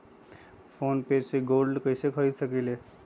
Phone पे से gold कईसे खरीद सकीले?